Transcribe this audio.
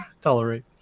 tolerate